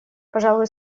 пожалуй